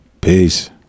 peace